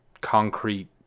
concrete